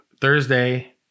Thursday